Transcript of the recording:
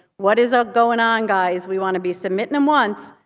what is ah going on guys? we want to be submitting them once.